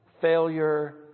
failure